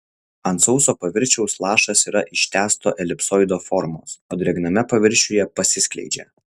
ant sauso paviršiaus lašas yra ištęsto elipsoido formos o drėgname paviršiuje pasiskleidžia